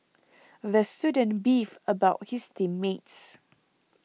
the student beefed about his team mates